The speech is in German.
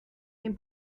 dem